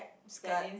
skirt